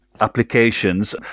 applications